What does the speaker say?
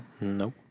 nope